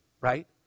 right